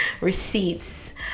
receipts